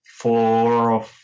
four